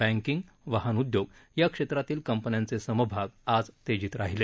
banking वाहन उद्योग या क्षेत्रातील कंपन्यांचे समभाग आज तेजीत राहिले